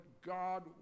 God